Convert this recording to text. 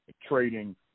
trading